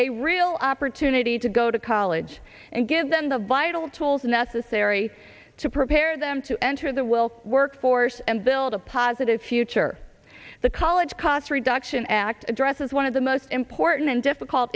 a real opportunity to go to college and give them the vital tools necessary to prepare them to enter the we'll work force and build a positive future the college cost reduction act addresses one of the most important and difficult